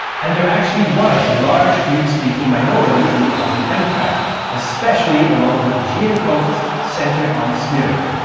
and there actually was a large greek-speaking minority in the ottoman empire, especially along the aegean coasts centred on smyrna.